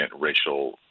racial